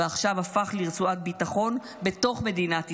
ועכשיו הפך לרצועת ביטחון בתוך מדינת ישראל.